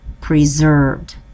preserved